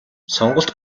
сонголт